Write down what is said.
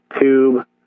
tube